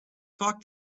talk